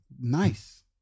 nice